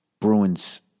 Bruins